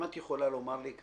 אם את יכולה לומר לי,